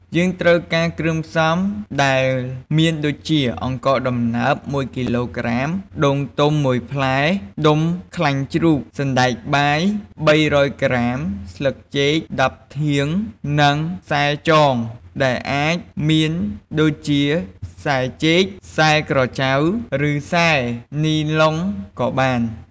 យើងត្រូវការគ្រឿងផ្សំដែលមានដូចជា អង្ករដំណើប១គីឡូក្រាម ដូងទុំមួយផ្លែ ដុំខ្លាញ់ជ្រូក សណ្ដែកបាយ ៣០០ក្រាម ស្លឹកចេក ១០ធាង និងខ្សែចង ដែលអាចមានដូចជាខ្សែចេក ខ្សែក្រចៅ ឬខ្សែនីឡុងក៏បាន។